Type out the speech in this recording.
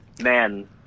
man